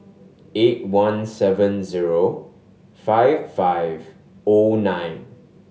eight one seven zero five five O nine